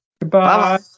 Goodbye